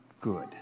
good